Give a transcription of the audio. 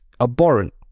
abhorrent